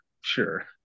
Sure